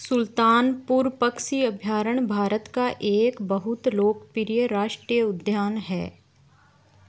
सुल्तानपुर पक्षी अभयारण्य भारत का एक बहुत लोकप्रिय राष्ट्रीय उद्यान है